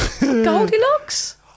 Goldilocks